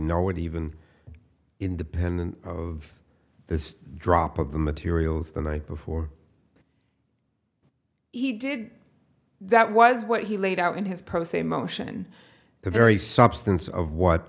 know when he even independent of this drop of the materials the night before he did that was what he laid out in his pro se motion the very substance of what